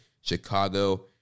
Chicago